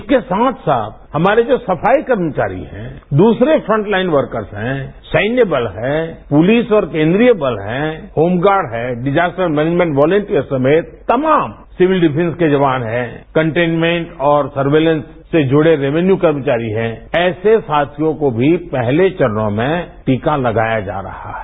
इसके साथ साथ हगारे जो सफाई कर्मचारी हैं दूसरे फर्टलाइन वर्कर्ता है सैन्य बल हैं पुलिस और केंद्रीय बल हैं होमगार्ड हैं डिजास्टर मैनेजमेंट वॉलंटियर्स समेत तमाम सिविल डिफ्स के जवान हैं कटेनमेंट और सर्विलेंस से जुडे रेवेन्यू कर्मचारी हैं ऐसे साथियों को भी पहले चरणों में भी टीका लगाया जा रहा है